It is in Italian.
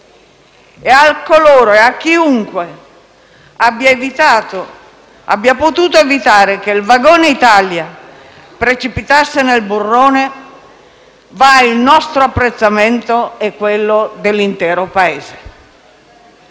Paese. A chiunque abbia potuto evitare che il vagone Italia precipitasse nel burrone, va il nostro apprezzamento e quello dell'intero Paese.